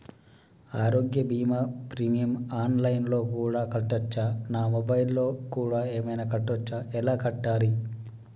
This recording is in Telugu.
ఆరోగ్య బీమా ప్రీమియం ఆన్ లైన్ లో కూడా కట్టచ్చా? నా మొబైల్లో కూడా ఏమైనా కట్టొచ్చా? ఎలా కట్టాలి?